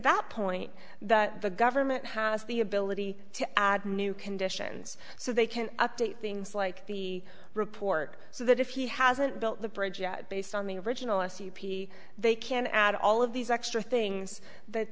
that point that the government has the ability to add new conditions so they can update things like the report so that if he hasn't built the bridge yet based on the original sep they can add all of these extra things that